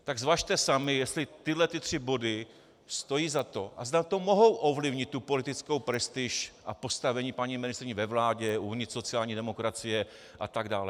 Tak zvažte sami, jestli tyhle ty tři body stojí za to, zda mohou ovlivnit politickou prestiž a postavení paní ministryně ve vládě, uvnitř sociální demokracie atd.